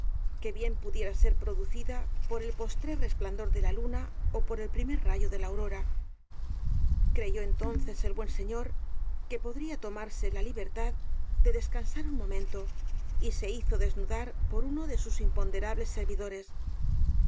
que bien pudiera ser producida por el postrer resplandor de la luna ó por el primer rayo de la aurora creyó entonces el buen señor que podría tomarse la libertad de descansar un momento y se hizo desnudar por uno de sus imponderables servidores